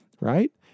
Right